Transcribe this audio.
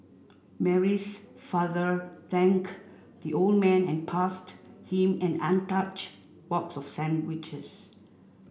Mary's father thanked the old man and passed him and an untouched box of sandwiches